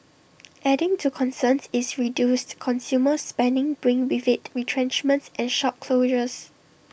adding to concerns is reduced consumer spending bringing with IT retrenchments and shop closures